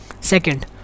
Second